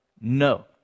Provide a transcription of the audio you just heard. no